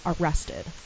arrested